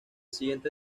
siguiente